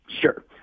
Sure